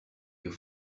your